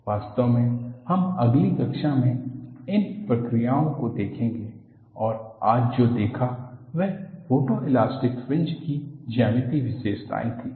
वास्तव में हम अगली कक्षा में इन प्रक्रियाओं को देखेंगे और आज जो देखा वह फोटोइलास्टिक फ्रिंज की ज्यामितीय विशेषताएं थीं